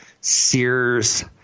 Sears